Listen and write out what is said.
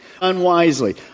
unwisely